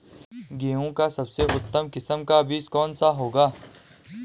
गेहूँ की सबसे उत्तम किस्म का बीज कौन सा होगा?